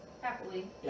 happily